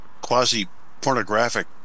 quasi-pornographic